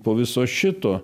po viso šito